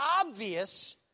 obvious